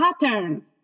pattern